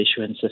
issuances